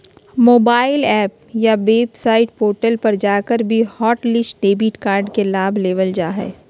mobile app या website portal पर जाकर भी हॉटलिस्ट डेबिट कार्ड के लाभ लेबल जा हय